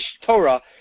Torah